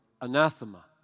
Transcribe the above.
anathema